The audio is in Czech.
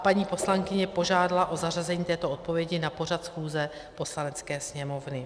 Paní poslankyně požádala o zařazení této odpovědi na pořad schůze Poslanecké sněmovny.